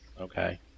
Okay